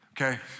okay